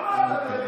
על מה אתה מדבר?